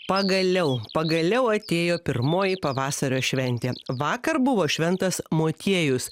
pagaliau pagaliau atėjo pirmoji pavasario šventė vakar buvo šventas motiejus